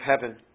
heaven